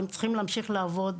הם צריכים להמשיך לעבוד.